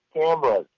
Cameras